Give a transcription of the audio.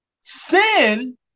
sin